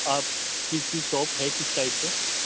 آپ کس کی شاپ ہے کس سائڈ پہ